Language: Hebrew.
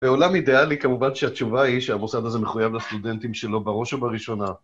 בעולם אידאלי כמובן שהתשובה היא שהמוסד הזה מחויב לסטודנטים שלו בראש או בראשונה.